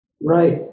Right